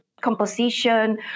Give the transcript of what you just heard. composition